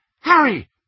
Harry